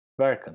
Werken